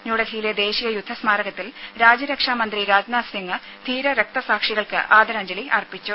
ന്യൂഡൽഹിയിലെ ദേശീയ യുദ്ധ സ്മാരകത്തിൽ രാജ്യരക്ഷാ മന്ത്രി രാജ്നാഥ് സിംഗ് ധീര രക്തസാക്ഷികൾക്ക് ആദരാഞ്ജലി അർപ്പിച്ചു